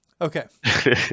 Okay